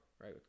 right